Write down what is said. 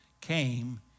came